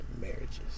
marriages